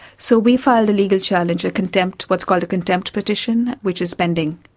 so we filed a legal challenge, a contempt, what's called a contempt petition, which is pending,